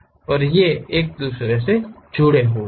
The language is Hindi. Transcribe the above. और ये एक दूसरे से जुड़े हुए हैं